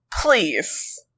please